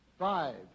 Five